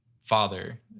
father